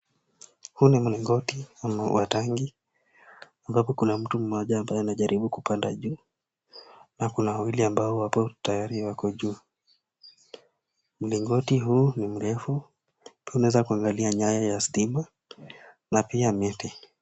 Huu ni mlingoti wa tangi ambao kuna mtu mmoja anajaribu kupanda juu, na kuna wawili ambao wapo tayari wako juu. Mlingoti huu ni mrefu, tunaweza kuangalia nyayo ya stima, na pia miti.